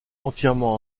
entièrement